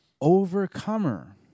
Overcomer